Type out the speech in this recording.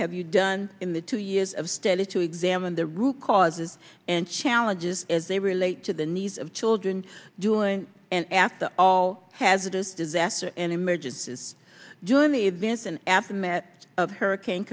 have you done in the two years of stella to examine the root causes and challenges as they relate to the needs of children doing and after all hazards disaster and emergences join the events and aftermath of hurricane